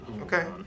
Okay